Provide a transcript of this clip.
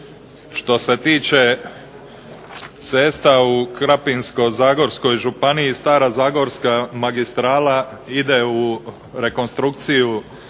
Što se tiče cesta na Krapinsko-zagorskoj županiji stara zagorska magistrala ide u rekonstrukciju